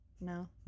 No